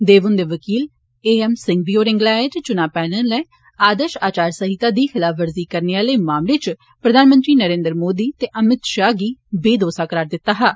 देव हुंदे वकील A M Singhvi होरें गलाया ऐ जे चुना पैनल नै आदर्ष आचार संहित दी खलाफवर्जी करने आले मामले इचप ्धानमंत्री नरेंद्र मोदी ते अमित षाह गी बेदोसा करार दित्ता हा